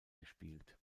gespielt